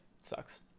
sucks